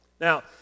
now